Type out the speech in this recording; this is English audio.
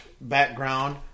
background